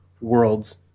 world's